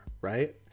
right